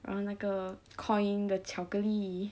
然后那个 coin 的巧克力